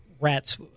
rats